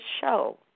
show